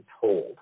told